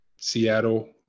Seattle